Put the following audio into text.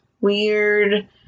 weird